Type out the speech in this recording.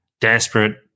desperate